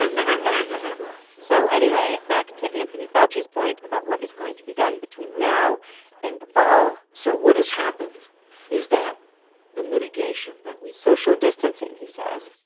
and the headline was inappropriate so anyway, back to anthony fauci's point about what is going to be done between now and the fall. so what has happened is that the mitigation that we. social distancing, he says,